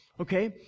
Okay